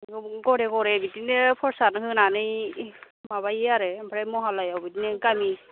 गरे गरे बिदिनो प्रसाद होनानै माबायो आरो ओमफ्राय महालयआव बिदिनो गामि